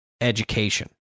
education